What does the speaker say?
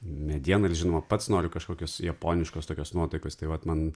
mediena ir žinoma pats noriu kažkokios japoniškos tokios nuotaikos tai vat man